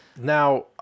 Now